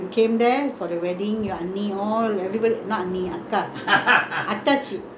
அத்தாச்சி:attachi came ah அத்தாச்சி:attachi also was there mother ah mah